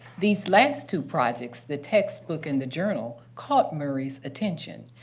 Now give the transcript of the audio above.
these last two projects the textbook and the journal caught murray's attention.